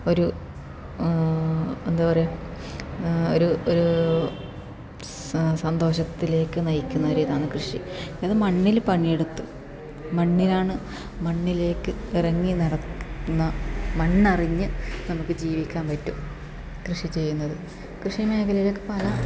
ഒരു എന്താ പറയുക ഒരു ഒരു സന്തോഷത്തിലേക്ക് നയിക്കുന്ന ഒരു ഇതാണ് കൃഷി ഇത് മണ്ണില് പണിയെടുത്ത് മണ്ണിലാണ് മണ്ണിലേക്ക് ഇറങ്ങി നടന്ന മണ്ണറിഞ്ഞ് നമുക്ക് ജീവിക്കാൻ പറ്റും കൃഷി ചെയ്യുന്നത് കൃഷി മേഖലയിലൊക്കെ പല